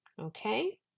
okay